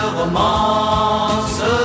romance